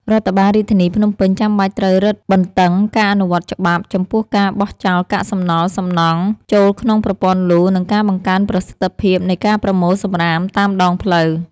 រដ្ឋបាលរាជធានីភ្នំពេញចាំបាច់ត្រូវរឹតបន្តឹងការអនុវត្តច្បាប់ចំពោះការបោះចោលកាកសំណល់សំណង់ចូលក្នុងប្រព័ន្ធលូ និងការបង្កើនប្រសិទ្ធភាពនៃការប្រមូលសំរាមតាមដងផ្លូវ។